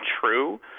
true